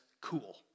cool